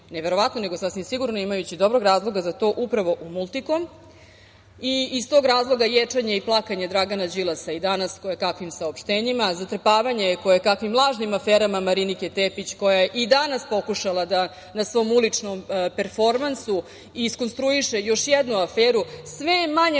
nego sasvim sigurno imajući dobrog razloga za to, upravo u „Multikom“.Iz tog razloga je i ječanje i plakanje Dragana Đilasa i danas kojekakvim saopštenjima, zatrpavanje kojekakvim lažnim aferama Marinike Tepić koja je i danas pokušala da na svom uličnom performansu iskonstruiše još jednu aferu. Sve je